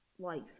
life